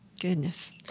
Goodness